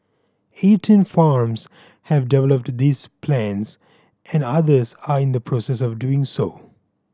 eighteen farms have developed these plans and others are in the process of doing so